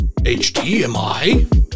HDMI